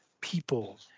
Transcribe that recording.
people